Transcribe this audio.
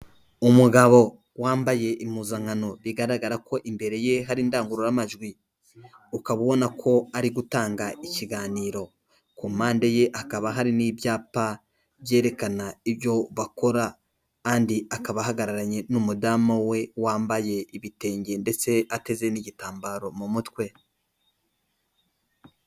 Umugabo wambaye impuzankano bigaragara ko imbere ye hari indangururamajwi, ukaba ubona ko ari gutanga ikiganiro, ku mpande ye hakaba hari n'ibyapa byerekana ibyo bakora, kandi akaba ahagararanye n'umudamu we wambaye ibitenge ndetse ateze n'igitambaro mu mutwe.